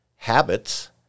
habits